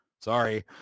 Sorry